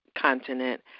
continent